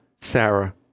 Sarah